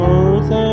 earth